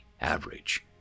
average